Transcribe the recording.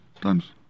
times